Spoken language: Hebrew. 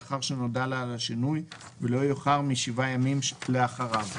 לאחר שנודע לה השינוי ולא יאוחר מ-7 ימים לאחריו.